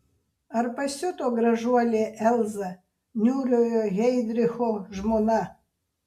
ar pasiuto gražuolė elza niūriojo heidricho žmona